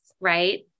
right